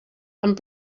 amb